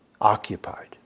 occupied